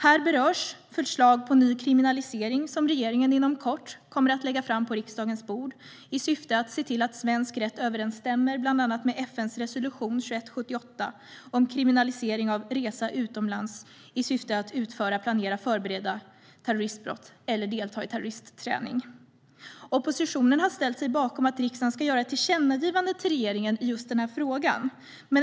Här berörs det förslag till ny kriminalisering som regeringen inom kort kommer att lägga fram på riksdagens bord i syfte att se till att svensk rätt överensstämmer med bland annat FN:s resolution 2178 om kriminalisering av resa utomlands i syfte att utföra, planera och förbereda terroristbrott eller delta i terroristträning. Oppositionen har ställt sig bakom att riksdagen ska göra ett tillkännagivande till regeringen i den här frågan.